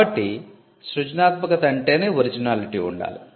కాబట్టి సృజనాత్మకత అంటేనే ఒరిజినాలిటి ఉండాలి